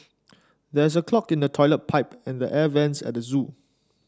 there is a clog in the toilet pipe and the air vents at the zoo